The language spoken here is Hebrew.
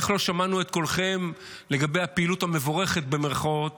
איך לא שמענו את קולכם לגבי הפעילות המבורכת במירכאות